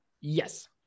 Yes